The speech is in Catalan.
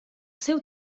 seu